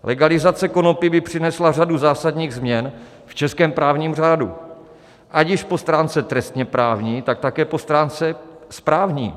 Legalizace konopí by přinesla řadu zásadních změn v českém právním řádu, ať již po stránce trestněprávní, tak také po stránce správní.